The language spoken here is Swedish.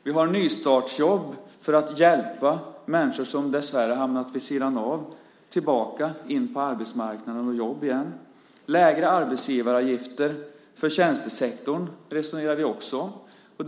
Vi har nystartsjobb för att hjälpa människor som dessvärre har hamnat på sidan av tillbaka in på arbetsmarknaden och jobb igen. Lägre arbetsgivaravgifter för tjänstesektorn resonerar vi också om.